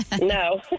No